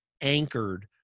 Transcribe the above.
anchored